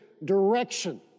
direction